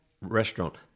restaurant